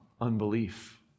unbelief